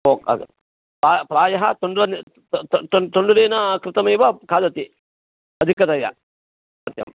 पा प्रायः तण्डुलनिर् तण्डुलेन कृतम् एव खादति अधिकतया सत्यम्